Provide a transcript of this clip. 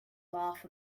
laugh